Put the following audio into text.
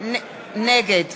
נגד